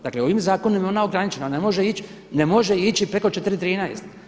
Dakle ovim zakonom je ona ograničena ona ne može ići preko 4,13.